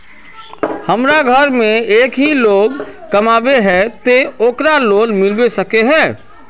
हमरा घर में एक ही लोग कमाबै है ते ओकरा लोन मिलबे सके है?